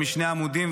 משני עמודים,